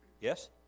Yes